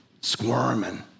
Squirming